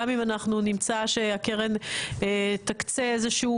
גם אם אנחנו נמצא שהקרן תקצה איזשהו